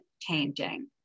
changing